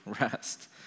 rest